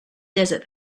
desert